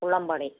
Pullambadi